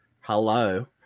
Hello